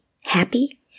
happy